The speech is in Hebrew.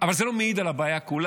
אבל זה לא מעיד על הבעיה כולה,